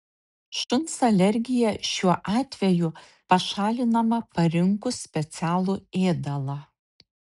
šuns alergija šiuo atveju pašalinama parinkus specialų ėdalą